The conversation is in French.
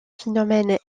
phénomènes